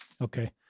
Okay